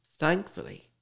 Thankfully